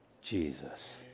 Jesus